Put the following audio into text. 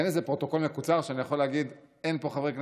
אין איזה פרוטוקול מקוצר שאני יכול להגיד: אין פה חברי כנסת,